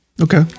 Okay